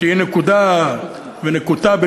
שהיא נקוטה במספר,